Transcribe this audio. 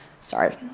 Sorry